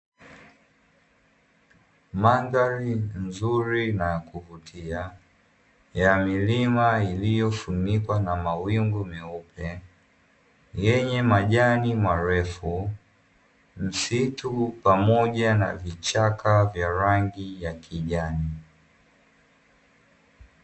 Mandhari nzuri na ya kuvutia ya milima iliyofunikwa na mawingu meupe yenye majani marefu, msitu pamoja na vichaka vya rangi ya kijani.